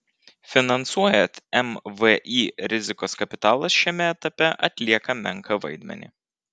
finansuojant mvį rizikos kapitalas šiame etape atlieka menką vaidmenį